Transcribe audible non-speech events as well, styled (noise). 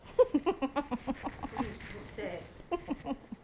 (laughs)